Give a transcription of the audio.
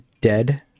Dead